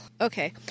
okay